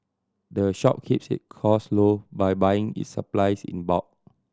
the shop keeps its cost low by buying its supplies in bulk